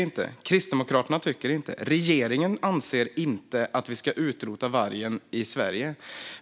Jag, Kristdemokraterna och regeringen anser inte att vi ska utrota vargen i Sverige.